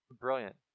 Brilliant